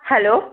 hello